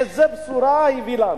איזו בשורה הביא לנו.